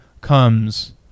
comes